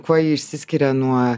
kuo ji išsiskiria nuo